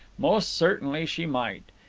most certainly she might.